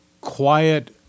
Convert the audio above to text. quiet